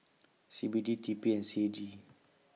C B D T P and C A G